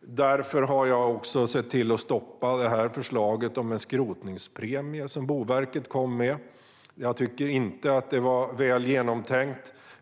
Därför har jag också sett till att stoppa förslaget om en skrotningspremie som Boverket kom med. Jag tycker inte att det var väl genomtänkt.